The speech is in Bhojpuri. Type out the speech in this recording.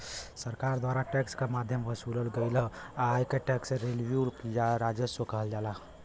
सरकार द्वारा टैक्स क माध्यम वसूलल गयल आय क टैक्स रेवेन्यू या राजस्व कहल जाला